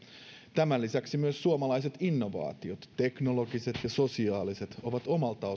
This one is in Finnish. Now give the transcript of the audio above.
tämän lisäksi myös suomalaiset innovaatiot teknologiset ja sosiaaliset ovat omalta